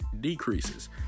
decreases